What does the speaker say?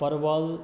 परवल